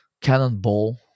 cannonball